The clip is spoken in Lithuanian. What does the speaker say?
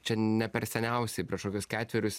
čia ne per seniausiai prieš kokius ketverius